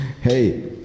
hey